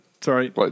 Sorry